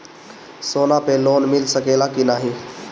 सोना पे लोन मिल सकेला की नाहीं?